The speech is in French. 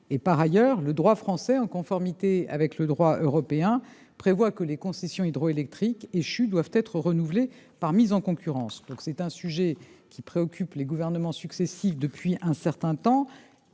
de concessions. Le droit français, en conformité avec le droit européen, prévoit par ailleurs que les concessions hydroélectriques échues doivent être renouvelées par mise en concurrence. Ce sujet préoccupe les gouvernements successifs depuis un certain temps,